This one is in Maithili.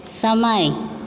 समय